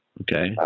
Okay